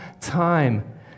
time